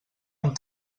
amb